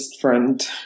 friend